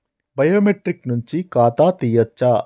Biometric నుంచి ఖాతా తీయచ్చా?